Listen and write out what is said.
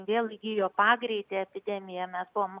vėl įgijo pagreitį epidemija mes buvom